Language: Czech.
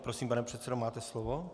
Prosím, pane předsedo, máte slovo.